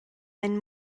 ein